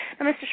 Mr